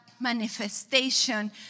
manifestation